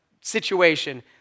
situation